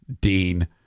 Dean